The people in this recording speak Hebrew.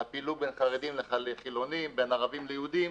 לפילוג בין חרדים לחילונים, בין ערבים ליהודים.